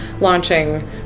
launching